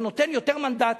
כי זה נותן יותר מנדטים.